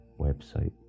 website